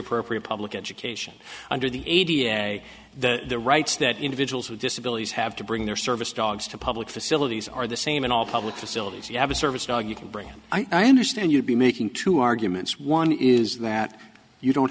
appropriate public education under the a d a s the rights that individuals with disabilities have to bring their service dogs to public facilities are the same in all public facilities you have a service dog you can bring him i understand you'd be making two arguments one is that you don't